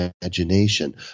imagination